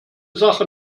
sache